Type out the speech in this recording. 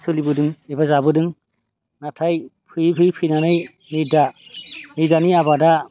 सोलिबोदों एबा जाबोदों नाथाय फैयै फैयै फैनानै नै दा नै दानि आबादा